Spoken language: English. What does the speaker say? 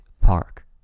Park